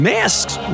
Masks